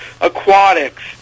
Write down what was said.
Aquatics